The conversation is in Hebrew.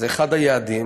זה אחד היעדים,